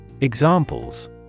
Examples